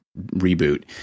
reboot